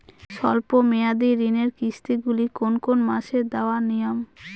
স্বল্প মেয়াদি ঋণের কিস্তি গুলি কোন কোন মাসে দেওয়া নিয়ম?